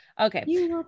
Okay